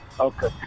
Okay